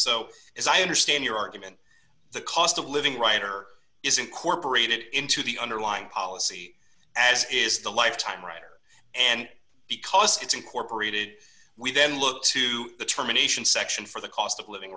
so as i understand your argument the cost of living writer is incorporated into the underlying policy as is the lifetime writer and because it's incorporated we then look to the termination section for the cost of living